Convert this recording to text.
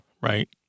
right